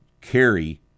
carry